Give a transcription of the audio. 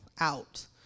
out